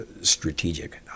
strategic